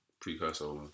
precursor